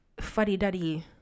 fuddy-duddy